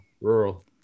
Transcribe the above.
rural